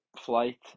flight